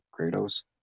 Kratos